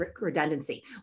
redundancy